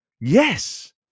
Yes